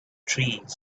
trees